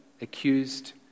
Accused